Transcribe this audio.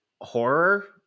horror